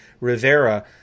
Rivera